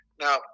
Now